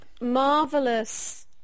marvelous